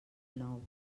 nou